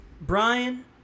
brian